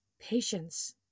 Patience